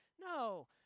No